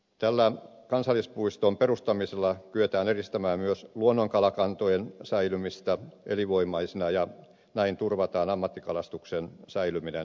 tällä kansallispuiston perustamisella kyetään edistämään myös luonnonkalakantojen säilymistä elinvoimaisina ja näin turvataan ammattikalastuksen säilyminen alueella